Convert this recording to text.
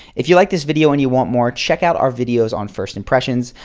if you like this video and you want more, check out our videos on first impressions.